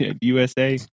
USA